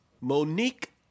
Monique